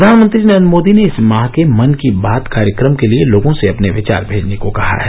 प्रधानमंत्री नरेन्द्र मोदी ने इस माह के मन की बात कार्यक्रम के लिए लोगों से अपने विचार भेजने को कहा है